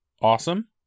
awesome